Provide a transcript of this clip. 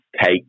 cake